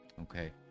okay